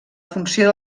funció